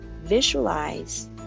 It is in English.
visualize